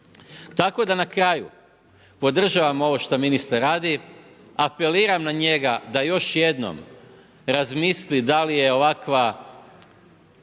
Tako da na kraju podržavam ovo što ministar radi, apeliram na njega još jednom razmisli da li je ovakva